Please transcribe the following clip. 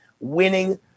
winning